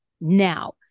now